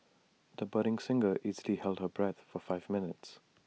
the budding singer easily held her breath for five minutes